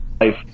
life